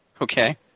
Okay